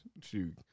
Shoot